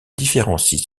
différencient